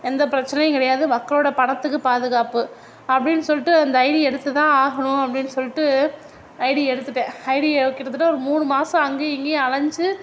எந்த பிரச்சனையும் கிடையாது மக்களோட பணத்துக்கு பாதுகாப்பு அப்படின்னு சொல்லிட்டு இந்த ஐடியை எடுத்துதான் ஆகணும் அப்படின்னு சொல்லிட்டு ஐடியை எடுத்துவிட்டேன் ஐடியை கிட்டத்தட்ட ஒரு மூணு மாதம் அங்கேயும் இங்கேயும் அலைஞ்சி